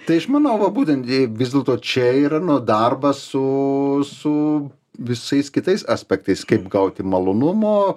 tai iš mano va būtent jei vis dėlto čia yra na darbas su su visais kitais aspektais kaip gauti malonumo